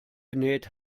genäht